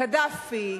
קדאפי,